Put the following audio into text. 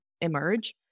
emerge